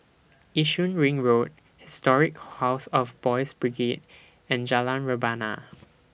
Yishun Ring Road Historic House of Boys' Brigade and Jalan Rebana